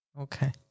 Okay